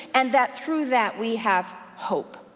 and that through that we have hope.